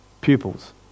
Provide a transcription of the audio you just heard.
pupils